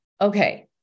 okay